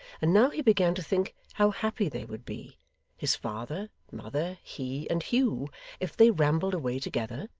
and now he began to think how happy they would be his father, mother, he, and hugh if they rambled away together,